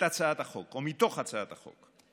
מתוך הצעת החוק: